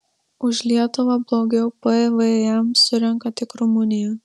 už lietuvą blogiau pvm surenka tik rumunija